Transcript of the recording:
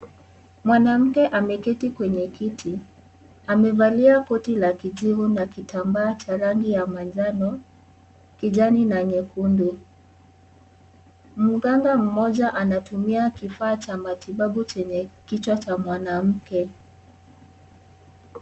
Mwanamke ameketi kwenye kiti amevalia koti la kijivu na kitambaa cha rangi ya manjano, kijani na nyekundu, mganga mmoja anatumia kifaa cha matibabu chenye kichwa cha mwanamke.